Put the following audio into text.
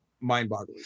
mind-boggling